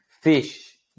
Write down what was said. fish